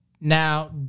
Now